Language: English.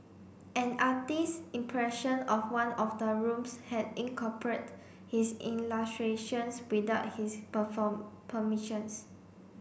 an artist impression of one of the rooms had incorporate his illustrations without his perform permissions